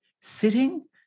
sitting